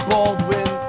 Baldwin